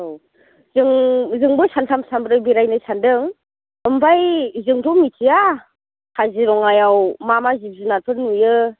औ जोंबो सानथाम सानब्रै बेरायनो सान्दों ओमफ्राय जोंथ' मिथिया काजिरङायाव मा मा जिब जुनारफोर नुयो